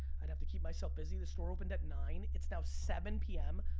i'd have to keep myself busy, the store opened at nine, it's now seven p m,